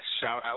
shout-out